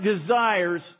desires